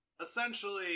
essentially